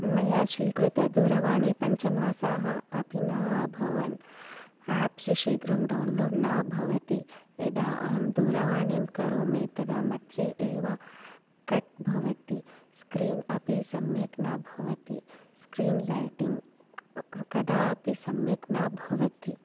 मया स्वीकृतदूरवाणी पञ्चमासाः अपि न अभवन् ऐप्स् शीघ्रं डौन्लोड् न भवति यदा अहं दूरवाणीं करोमि तदा मध्ये एव कट् भवति स्क्रीन् अपि सम्यक् न भवति स्क्रीन् लैटिङ्ग् कदापि सम्यक् न भवति